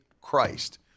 Christ